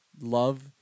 love